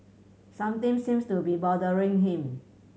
something seems to be bothering him